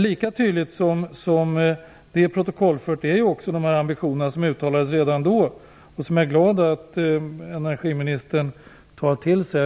Lika tydliga som dessa protokollförda deklarationer var också de ambitioner som uttalades redan då och som jag är glad att energiministern tar till sig.